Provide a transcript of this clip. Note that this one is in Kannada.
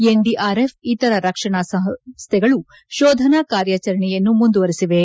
ಎನ್ಡಿಆರ್ಎಫ್ ಇತರ ರಕ್ಷಣಾ ಸಂಸ್ಥೆಗಳು ಶೋಧನಾ ಕಾರ್ಯಾಚರಣೆಯನ್ನು ಮುಂದುವರಿಸಿವೆ